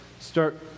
start